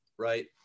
right